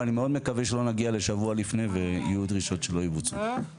ואני מאוד מקווה שלא נגיע לשבוע לפני ויהיו דרישות שלא יבוצעו.